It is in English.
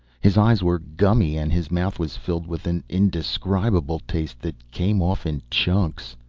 his eyes were gummy and his mouth was filled with an indescribable taste that came off in chunks.